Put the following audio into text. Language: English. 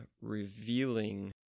revealing